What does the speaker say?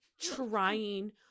trying